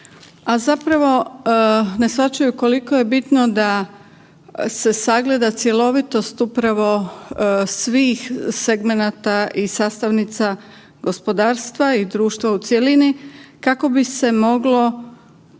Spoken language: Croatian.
a zapravo ne shvaćaju koliko je bitno da se sagleda cjelovitost upravo svih segmenata i sastavnica gospodarstva i društva u cjelini kako bi se moglo